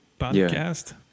podcast